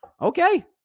okay